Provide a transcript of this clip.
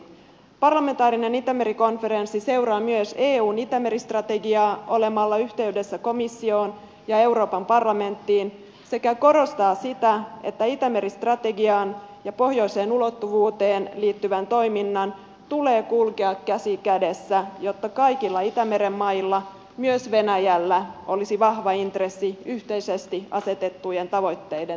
parlamentaarinen itämeri konferenssi seuraa myös eun itämeri strategiaa olemalla yhteydessä komissioon ja euroopan parlamenttiin sekä korostaa sitä että itämeri strategiaan ja pohjoiseen ulottuvuuteen liittyvän toiminnan tulee kulkea käsi kädessä jotta kaikilla itämeren mailla myös venäjällä olisi vahva intressi yhteisesti asetettujen tavoitteiden toteuttamiseen